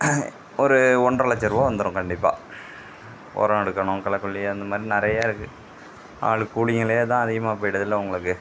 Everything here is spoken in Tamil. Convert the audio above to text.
ஒரு ஒன்றரை லட்ச ருபா வந்துடும் கண்டிப்பாக உரம் எடுக்கணும் களைக்கொல்லி அந்த மாதிரி நிறைய இருக்குது ஆள் கூலிங்களேதான் அதிகமாக போய்டுதில்ல உங்களுக்கு